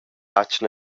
atgna